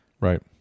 Right